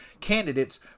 candidates